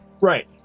Right